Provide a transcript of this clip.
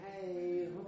hey